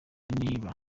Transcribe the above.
niba